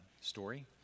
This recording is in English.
story